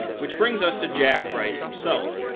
which brings us to jack bright himself,